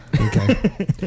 Okay